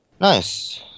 Nice